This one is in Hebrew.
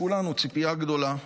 יש לכולנו ציפייה גדולה.